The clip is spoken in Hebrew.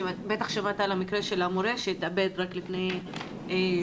בטח שמעת על המקרה של המורה שהתאבד רק לפני שבועיים.